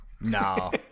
No